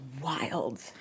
wild